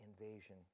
invasion